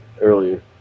earlier